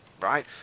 right